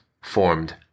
formed